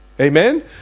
Amen